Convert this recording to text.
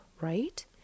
Right